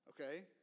okay